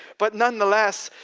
but nonetheless,